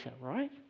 right